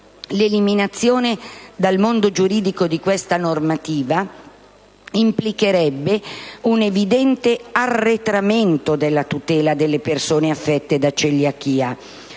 L'eliminazione dal mondo giuridico di questa normativa implicherebbe, infatti, un evidente arretramento della tutela delle persone affette da celiachia,